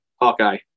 Hawkeye